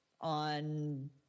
on